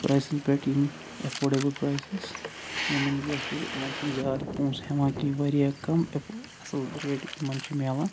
پرٛایسَن پٮ۪ٹھ یِم affordable prices یمن کیٛاہ چھُ یہِ یمن چھُ نہٕ زیادٕ پۅنٛسہٕ ہٮ۪وان کِہیٖنٛۍ واریاہ کم اَصٕل ریٹ یمن چھِ میلان